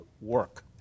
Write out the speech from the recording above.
work